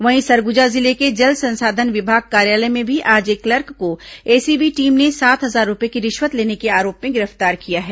वहीं सरगुजा जिले के जल संसाधन विभाग कार्यालय में भी आज एक क्लर्क को एसीबी टीम ने सात हजार रूपये की रिश्वत लेने के आरोप में गिरफ्तार किया है